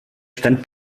stand